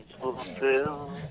fulfilled